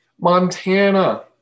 Montana